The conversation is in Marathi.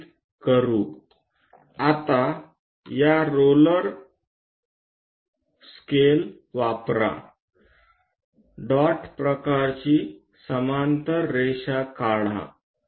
आता रोलर स्केल वापरा डॉट प्रकारची समांतर रेषा काढा